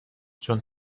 چون